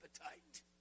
appetite